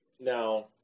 now